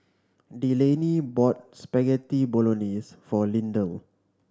Delaney bought Spaghetti Bolognese for Lindell